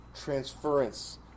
transference